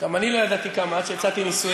גם אני לא ידעתי כמה עד שהצעתי נישואים.